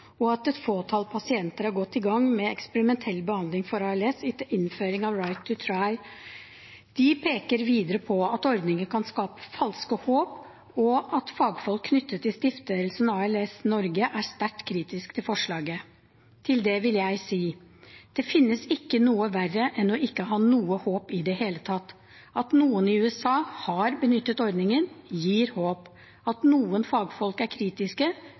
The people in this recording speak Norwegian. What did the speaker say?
og at et fåtall pasienter har gått i gang med eksperimentell behandling for ALS etter innføringen av «right to try». De peker videre på at ordningen kan skape falske håp, og at fagfolk knyttet til stiftelsen ALS Norge er sterkt kritiske til forslaget. Til det vil jeg si: Det finnes ikke noe verre enn å ikke ha noe håp i det hele tatt. At noen i USA har benyttet ordningen, gir håp. At noen fagfolk er kritiske,